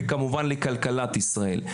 וכמובן לכלכלת ישראל.